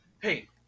hey